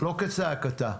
"לא כצעקתה".